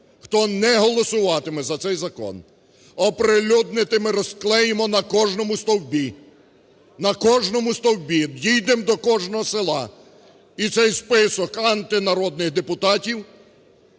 хто не голосуватиме за цей закон) оприлюднити, ми розклеїмо на кожному стовбі. На кожному стовбі, дійдем до кожного села, і цей список "антинародних" депутатів,